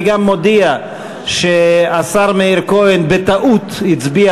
אני גם מודיע שהשר מאיר כהן בטעות הצביע